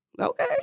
Okay